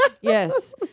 Yes